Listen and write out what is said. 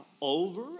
Over